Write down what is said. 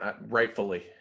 rightfully